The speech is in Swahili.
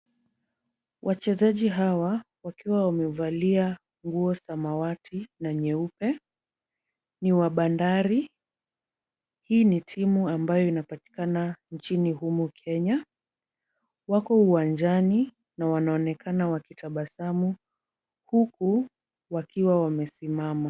Wachezaji hawa wakiwa wamevalia nguo samawati na nyeupe, ni wa Bandari. Hii ni timu ambayo inapatikana nchini humu Kenya. Wako uwanjani na wanaonekana wakitabasamu huku wakiwa wamesimama.